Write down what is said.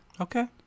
Okay